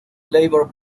labor